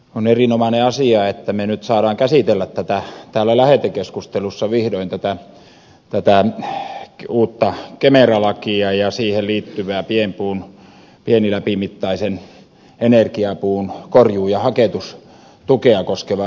on erinomainen asia että me nyt saamme käsitellä täällä lähetekeskustelussa vihdoin tätä uutta kemera lakia ja siihen liittyvää pienpuun pieniläpimittaisen energiapuun korjuu ja haketustukea koskevaa lakiesitystä